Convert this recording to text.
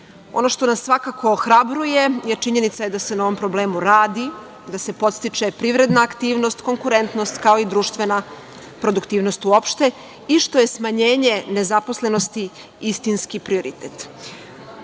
što nas svakako ohrabruje je činjenica da se na ovom problemu radi, da se podstiče privredna aktivnost, konkurentnost, kao i društvena produktivnost uopšte i što je smanjenje nezaposlenosti istinski prioritet. Aktivnom